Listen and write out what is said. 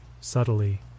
subtly